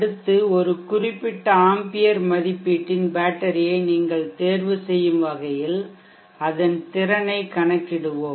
அடுத்து ஒரு குறிப்பிட்ட ஆம்பியர் மதிப்பீட்டின் பேட்டரியை நீங்கள் தேர்வுசெய்யும் வகையில் அதன் திறனைக் கணக்கிடுவோம்